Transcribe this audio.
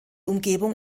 umgebung